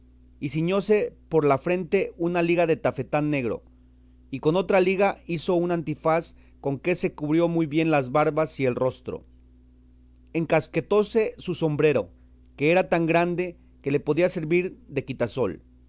y ciñóse por la frente una liga de tafetán negro y con otra liga hizo un antifaz con que se cubrió muy bien las barbas y el rostro encasquetóse su sombrero que era tan grande que le podía servir de quitasol